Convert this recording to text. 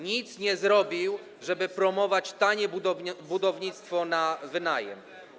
nic nie zrobił, żeby promować tanie budownictwo na wynajem.